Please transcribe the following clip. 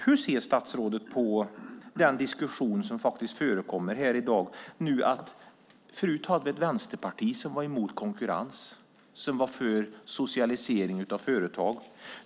Hur ser statsrådet på den diskussion som faktiskt förs här i dag? Förut hade vi ett vänsterparti som var mot konkurrens och för socialisering av företag.